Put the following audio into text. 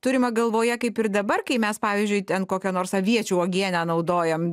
turima galvoje kaip ir dabar kai mes pavyzdžiui ten kokia nors aviečių uogienę naudojam